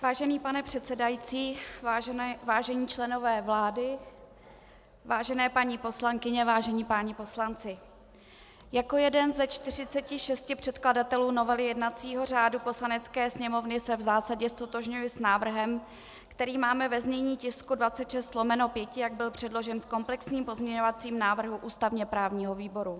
Vážený pane předsedající, vážení členové vlády, vážené paní poslankyně, vážení páni poslanci, jako jeden ze 46 předkladatelů novely jednacího řádu Poslanecké sněmovny se v zásadě ztotožňuji s návrhem, který máme ve znění tisku 26/5, jak byl předložen v komplexním pozměňovacím návrhu ústavněprávního výboru.